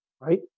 right